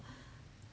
!hais!